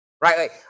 Right